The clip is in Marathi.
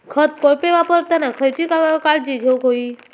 खत कोळपे वापरताना खयची काळजी घेऊक व्हयी?